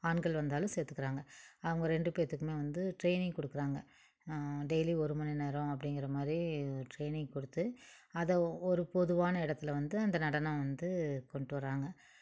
ஆண்கள் வந்தாலும் சேர்த்துக்குறாங்க அவங்க ரெண்டு பேர்த்துக்குமே வந்து ட்ரெய்னிங் கொடுக்குறாங்க டெய்லியும் ஒரு மணி நேரம் அப்படிங்குற மாதிரி ட்ரெய்னிங் கொடுத்து அத ஒ ஒரு பொதுவான இடத்துல வந்து அந்த நடனம் வந்து கொண்டு வர்றாங்க